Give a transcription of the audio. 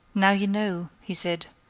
now you know, he said,